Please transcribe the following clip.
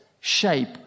shape